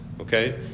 okay